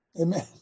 Amen